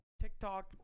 TikTok